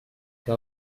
que